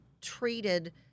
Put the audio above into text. treated